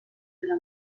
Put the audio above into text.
della